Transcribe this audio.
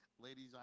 ladies